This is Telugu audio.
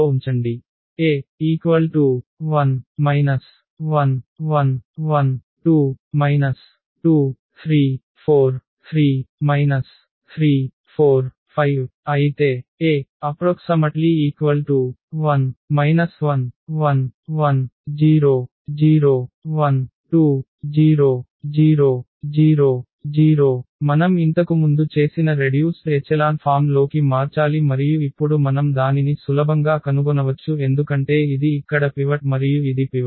A1 1 1 1 2 2 3 4 3 3 4 5 అయితే A1 1 1 1 0 0 1 2 0 0 0 0 మనం ఇంతకుముందు చేసిన రెడ్యూస్డ్ ఎచెలాన్ ఫామ్ లోకి మార్చాలి మరియు ఇప్పుడు మనం దానిని సులభంగా కనుగొనవచ్చు ఎందుకంటే ఇది ఇక్కడ పివట్ మరియు ఇది పివట్